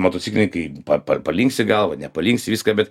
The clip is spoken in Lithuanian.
motociklininkai pa pa palinksi galva nepalinksi viską bet